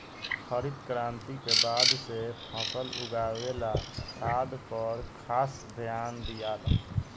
हरित क्रांति के बाद से फसल उगावे ला खाद पर खास ध्यान दियाला